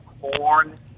corn